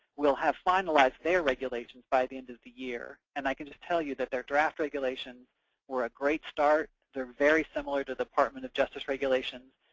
will have finalized their regulations by the end of the year. and i can just tell you that their draft regulations were a great start they're very similar to the department of justice regulations,